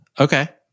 Okay